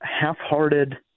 half-hearted